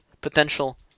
potential